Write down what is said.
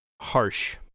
harsh